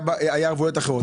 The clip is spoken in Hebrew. היו ערבויות אחרות,